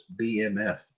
BMF